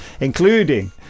including